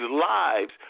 lives